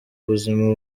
ubuzima